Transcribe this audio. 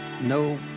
no